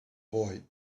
boy